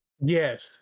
Yes